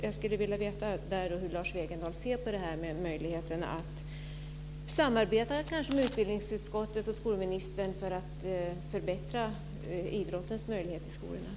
Jag skulle vilja veta hur Lars Wegendal ser på möjligheten till samarbete mellan utbildningsutskottet och skolministern för att förbättra idrottens möjligheter i skolan.